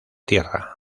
tierra